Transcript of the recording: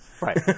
Right